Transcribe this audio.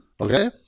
Okay